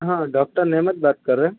ہاں ڈاکٹر نعمت بات کر رہے ہیں